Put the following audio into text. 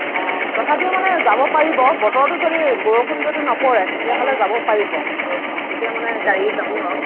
অ তথাপিও মানে যাব পাৰিব বতৰটো যদি বৰষুণ যদি নপৰে তেতিয়াহ'লে যাব পাৰিব তেতিয়া মানে গাড়ী যাব আৰু